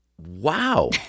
Wow